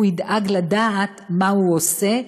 הוא ידאג לדעת מה הוא עושה,